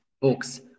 books